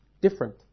different